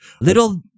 Little